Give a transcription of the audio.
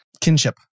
Kinship